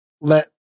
let